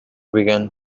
begin